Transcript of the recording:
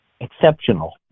exceptional